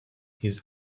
his